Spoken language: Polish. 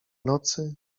nocy